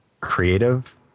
Creative